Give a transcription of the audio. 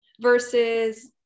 Versus